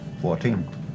Fourteen